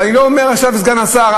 ואני לא אומר עכשיו סגן השר,